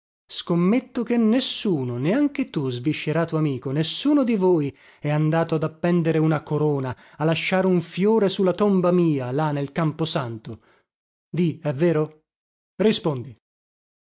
scommetto che nessuno neanche tu sviscerato amico nessuno di voi è andato ad appendere una corona a lasciare un fiore su la tomba mia là nel camposanto di è vero rispondi